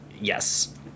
yes